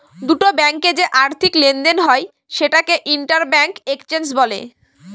দুটো ব্যাঙ্কে যে আর্থিক লেনদেন হয় সেটাকে ইন্টার ব্যাঙ্ক এক্সচেঞ্জ বলে